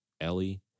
Ellie